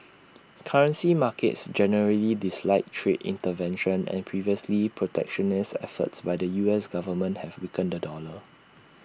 currency markets generally dislike trade intervention and previously protectionist efforts by the U S Government have weakened the dollar